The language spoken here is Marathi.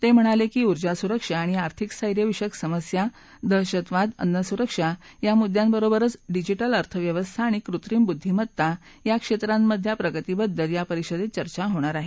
ते म्हणाले की ऊर्जा सुरक्षा आणि आर्थिक स्थैर्य विषयक समस्या दहशतवाद अन्नसुरक्षा या मुद्द्यांबरोबरच डिजिटल अर्थव्यवस्था आणि कृत्रिम बुद्दिमत्ता या क्षेत्रांतल्या प्रगतीबद्दल या परिषदेत चर्चा होणार आहे